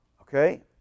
okay